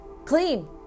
clean